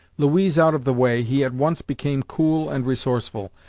louise out of the way, he at once became cool and resourceful.